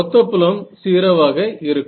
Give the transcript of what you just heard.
மொத்த புலம் 0 ஆக இருக்கும்